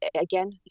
again